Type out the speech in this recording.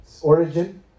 origin